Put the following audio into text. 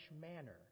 manner